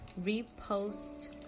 repost